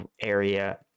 area